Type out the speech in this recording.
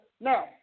now